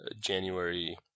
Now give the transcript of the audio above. January